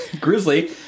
Grizzly